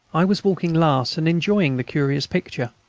i was walking last and enjoying the curious picture.